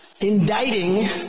indicting